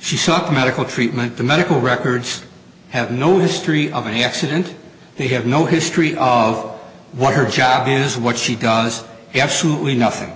she sucked medical treatment the medical records have no history of any accident they have no history of what her job is what she does absolutely nothing